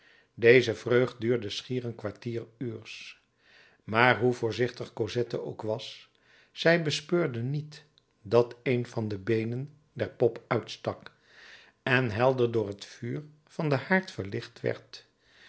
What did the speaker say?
deze vreugd duurde schier een kwartieruurs maar hoe voorzichtig cosette ook was zij bespeurde niet dat een van de beenen der pop uitstak en helder door het vuur van den haard verlicht werd